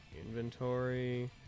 Inventory